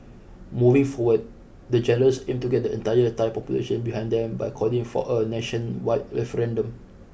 moving forward the generals aim to get the entire Thai population behind them by calling for a nationwide referendum